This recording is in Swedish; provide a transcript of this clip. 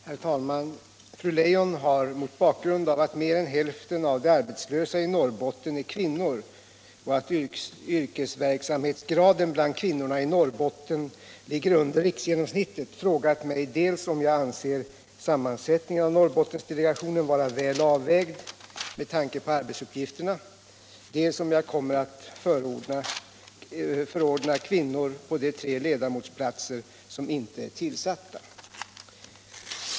Herr talman! Fru Leijon har, mot bakgrund av att mer än hälften av de arbetslösa i Norrbotten är kvinnor och att yrkesverksamhetsgraden bland kvinnorna i Norrbotten ligger under riksgenomsnittet, frågat mig dels om jag anser sammansättningen av Norrbottendelegationen vara väl avvägd med tanke på arbetsuppgifterna, dels om jag kommer att förordna kvinnor på de tre ledamotsplatser som inte är tillsatta.